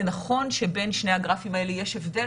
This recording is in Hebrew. זה נכון שבין שני הגרפים האלה יש הבדל,